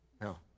No